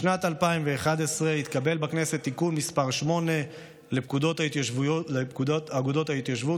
בשנת 2011 התקבל בכנסת תיקון מס' 8 לפקודות אגודות ההתיישבות,